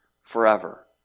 forever